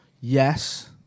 Yes